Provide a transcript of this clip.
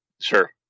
sure